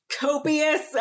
Copious